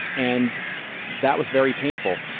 and that was very painful.